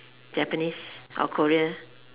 Japanese or Korean